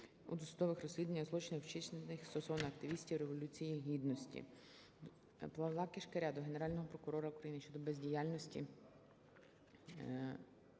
у досудових розслідуваннях злочинів, вчинених стосовно активістів Революції Гідності. Павла Кишкаря до Генерального прокурора України щодо бездіяльності